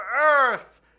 Earth